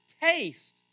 taste